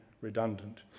redundant